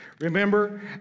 Remember